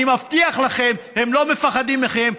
אני מבטיח לכם: הם לא מפחדים מכם,